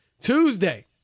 Tuesday